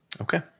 Okay